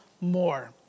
more